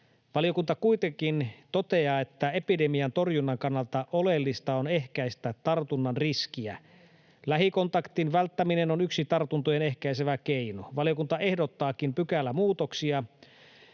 Valiokunta kuitenkin toteaa, että epidemian torjunnan kannalta oleellista on ehkäistä tartunnan riskiä. Lähikontaktin välttäminen on yksi tartuntoja ehkäisevä keino. Valiokunta ehdottaakin pykälämuutoksia